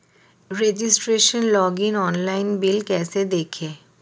Registration login online bill कैसे देखें?